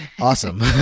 awesome